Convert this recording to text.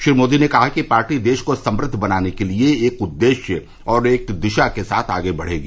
श्री मोदी ने कहा कि पार्टी देश को समृद्व बनाने के लिए एक उद्देश्य और एक दिशा के साथ आगे बढ़ेगी